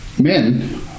men